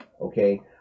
okay